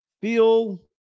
feel